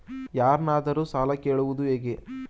ಯಾರನ್ನಾದರೂ ಸಾಲ ಕೇಳುವುದು ಹೇಗೆ?